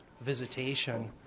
visitation